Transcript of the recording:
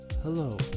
Hello